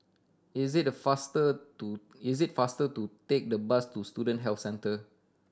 is it the faster to is it faster to take the bus to Student Health Centre